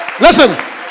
Listen